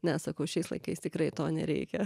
ne sakau šiais laikais tikrai to nereikia